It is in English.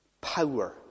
power